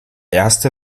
erste